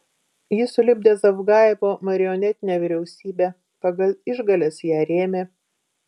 ji sulipdė zavgajevo marionetinę vyriausybę pagal išgales ją rėmė